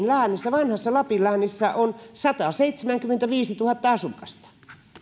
läänissä vanhassa lapin läänissä on sataseitsemänkymmentäviisituhatta asukasta